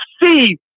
see